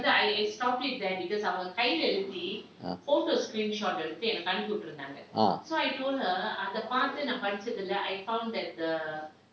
ah